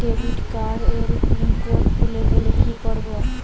Debit card এর pin code ভুলে গেলে কি করব?